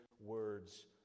words